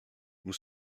nous